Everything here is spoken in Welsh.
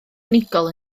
unigol